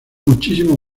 muchísimo